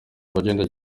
abagenda